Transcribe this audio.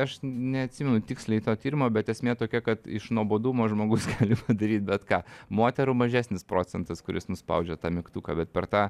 aš neatsimenu tiksliai to tyrimo bet esmė tokia kad iš nuobodumo žmogus gali padaryt bet ką moterų mažesnis procentas kuris nuspaudžia tą mygtuką bet per tą